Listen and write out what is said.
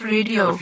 Radio